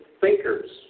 thinkers